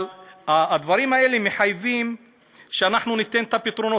אבל הדברים האלה מחייבים שאנחנו ניתן את הפתרונות.